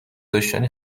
داشتنی